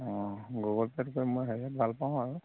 অঁ গুগল পে'ত কৰি মই হেৰি ভাল পাওঁ আৰু